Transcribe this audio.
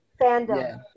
fandom